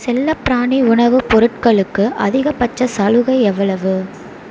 செல்லப்பிராணி உணவுப் பொருட்களுக்கு அதிகபட்ச சலுகை எவ்வளவு